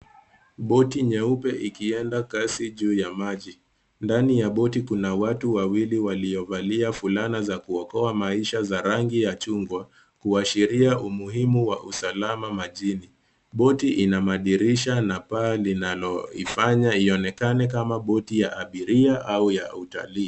Boti nyeupe ikienda kasi juu ya maji, ndani ya boti kuna watu wawili waliovalia fulana za kuokoa maisha za rangi ya chungwa, kuashiria umuhimu wa usalama majini. Boti ina madirisha na paa linaloifanya ionekane kama boti ya abiria au ya utalii.